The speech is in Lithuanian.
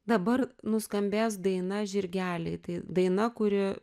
dabar nuskambės daina žirgeliai tai daina kuri